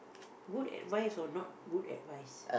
good advice or not good advice